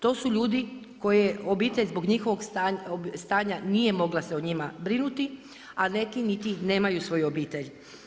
To su ljudi koje je obitelj zbog njihovog stanja, nije mogla se o njima brinuti a neki niti nemaju svoju obitelj.